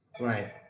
right